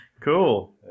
cool